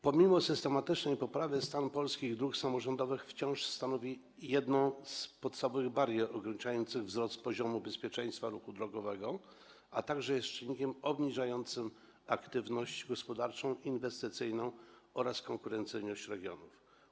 Pomimo systematycznej poprawy stan polskich dróg samorządowych wciąż stanowi jedną z podstawowych barier ograniczających wzrost poziomu bezpieczeństwa ruchu drogowego, a także jest czynnikiem obniżającym aktywność gospodarczą, inwestycyjną oraz konkurencyjność regionów.